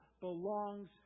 belongs